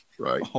Right